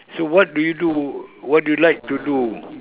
so what do you do what do you like to do